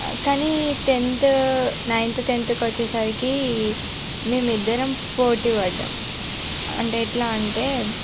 కానీ tenth ninth టెన్త్కి వచ్చేసరికి మేము ఇద్దరం పోటీ పడ్డాము అంటే ఎట్లా అంటే